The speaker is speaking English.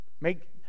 make